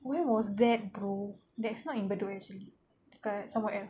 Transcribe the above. when was that bro that's not in bedok actually dekat somewhere else